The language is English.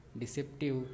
deceptive